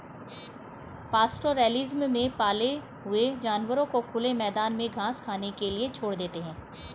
pastoralism में पाले हुए जानवरों को खुले मैदान में घास खाने के लिए छोड़ देते है